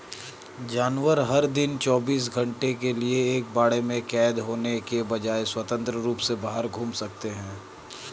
जानवर, हर दिन चौबीस घंटे के लिए एक बाड़े में कैद होने के बजाय, स्वतंत्र रूप से बाहर घूम सकते हैं